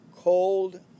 cold